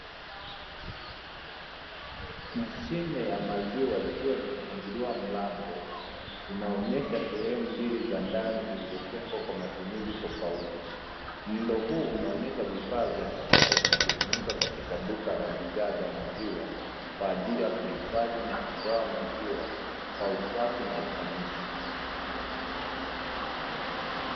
Mashine ya maziwa ikiwa imefunguliwa mlango, inaonyesha sehemu mbili za ndani zilizotengwa kwa matumizi tofauti. Muundo huu unaonyesha vifaa vya kisasa vinavyotumika katika duka la bidhaa za maziwa, kwaajili ya kuhifadhi na kugawa maziwa kwa usafi na ufanisi.